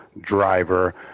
driver